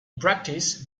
practice